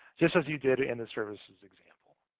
just as you did in the services example.